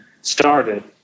started